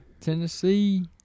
Tennessee